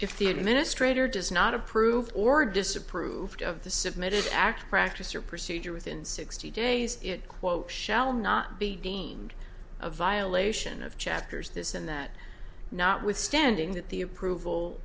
administrator does not approve or disapprove of the submitted act practice or procedure within sixty days it quote shall not be deemed a violation of chapters this and that notwithstanding that the approval